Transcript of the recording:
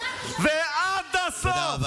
ועד הסוף.